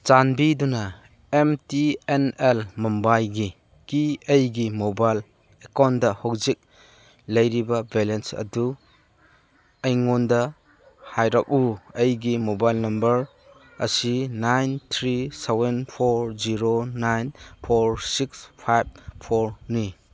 ꯆꯥꯟꯕꯤꯗꯨꯅ M T N L ꯃꯨꯝꯕꯥꯏꯒꯤ ꯀꯤ ꯑꯩꯒꯤ ꯃꯣꯕꯥꯏꯜ ꯑꯦꯀꯥꯎꯟꯗ ꯍꯧꯖꯤꯛ ꯂꯩꯔꯤꯕ ꯕꯦꯂꯦꯟꯁ ꯑꯗꯨ ꯑꯩꯉꯣꯟꯗ ꯍꯥꯏꯔꯛꯎ ꯑꯩꯒꯤ ꯃꯣꯕꯥꯏꯜ ꯅꯝꯕꯔ ꯑꯁꯤ nine three seven four zero nine four six five ꯐꯣꯔꯅꯤ